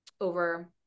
over